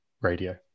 radio